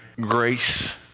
grace